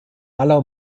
aller